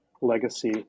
legacy